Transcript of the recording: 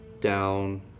down